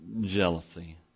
jealousy